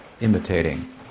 imitating